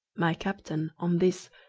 my captain, on this,